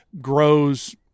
grows